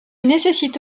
nécessite